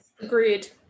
Agreed